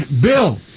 Bill